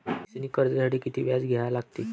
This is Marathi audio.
शैक्षणिक कर्जासाठी किती व्याज द्या लागते?